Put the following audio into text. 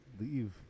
leave